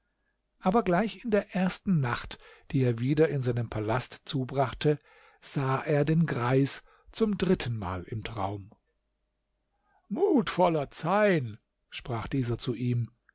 aber gleich in der ersten nacht die er wieder in seinem palast zubrachte sah er den greis zum drittenmal im traum mutvoller zeyn sprach dieser zu ihm